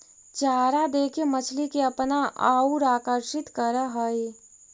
चारा देके मछली के अपना औउर आकर्षित करऽ हई